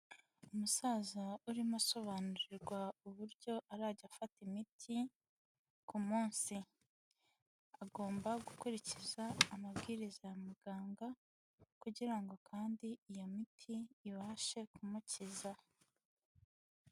Umusaza urimo asobanurirwa uburyo arajya afata imiti ku munsi, agomba gukurikiza amabwiriza ya muganga, kugira ngo kandi iyo miti ibashe kumukiza.